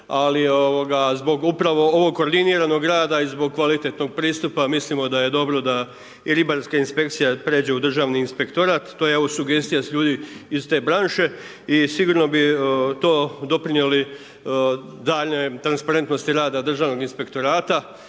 ali zbog upravo ovog koordiniranog rada i zbog kvalitetnog pristupa, mislimo da je dobro da i ribarska inspekcija pređe u državni inspektorat. To je sugestija s ljudi iz te branše i sigurno bi to doprinijelo daljnjoj transparentnosti rada državnog inspektorata